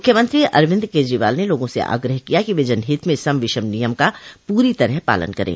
मुख्यमंत्री अरविंद केजरीवाल ने लोगों से आग्रह किया है कि वे जनहित में सम विषम नियम का पूरी तरह पालन करें